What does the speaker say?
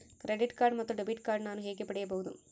Credit card ಮತ್ತು debit card ನಾನು ಹೇಗೆ ಪಡೆಯಬಹುದು?